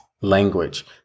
language